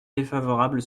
défavorable